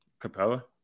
Capella